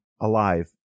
alive